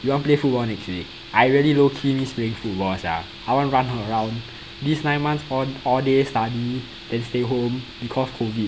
you want play football next week I really low key miss playing football sia I want run around this nine months al~ all day study then stay home because COVID